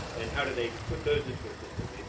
and how do they put those into a system,